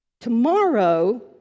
tomorrow